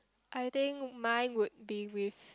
I think mine would be with